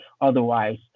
Otherwise